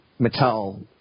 Mattel